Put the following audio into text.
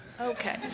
Okay